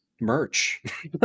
merch